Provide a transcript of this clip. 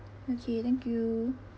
okay thank you